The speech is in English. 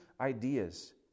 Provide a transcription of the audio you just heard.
ideas